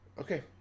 okay